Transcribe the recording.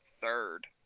third